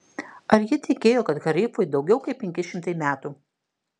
ar ji tikėjo kad harifui daugiau kaip penki šimtai metų